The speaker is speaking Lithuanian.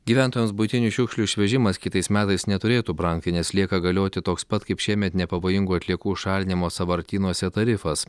gyventojams buitinių šiukšlių išvežimas kitais metais neturėtų brangti nes lieka galioti toks pat kaip šiemet nepavojingų atliekų šalinimo sąvartynuose tarifas